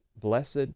blessed